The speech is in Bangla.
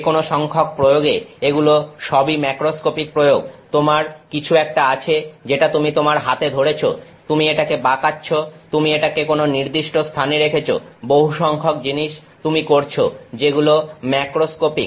যেকোনো সংখ্যক প্রয়োগে এগুলো সবই ম্যাক্রোস্কোপিক প্রয়োগ তোমার কিছু একটা আছে যেটা তুমি তোমার হাতে ধরেছ তুমি এটাকে বাঁকাচ্ছো তুমি এটাকে কোনো নির্দিষ্ট স্থানে রেখেছো বহু সংখ্যক জিনিস তুমি করছো যেগুলো ম্যাক্রোস্কোপিক